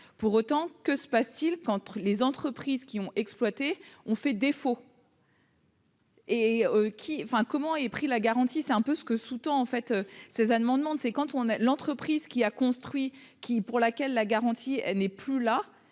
pour autant, que se passe-t-il quand les entreprises qui ont exploité ont fait défaut. Et qui enfin comment est pris la garantie, c'est un peu ce que sous-tend en fait ces amendements de c'est quand on est l'entreprise qui a construit qui, pour laquelle la garantie n'est plus là,